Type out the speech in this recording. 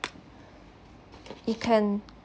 it can